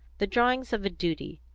the drawings of a duty,